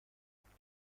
ممنون